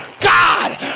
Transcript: God